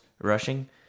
rushing